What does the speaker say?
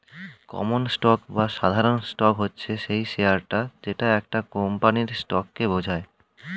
common stock বা সাধারণ stock হচ্ছে সেই শেয়ারটা যেটা একটা কোম্পানির স্টককে বোঝায়